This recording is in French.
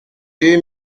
deux